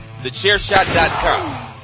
TheChairShot.com